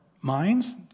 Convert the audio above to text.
minds